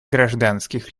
гражданских